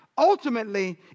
Ultimately